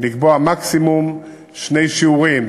לקבוע מקסימום של מחיר שני שיעורים,